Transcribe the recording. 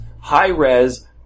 high-res